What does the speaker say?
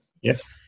Yes